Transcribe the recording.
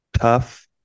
tough